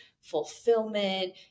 fulfillment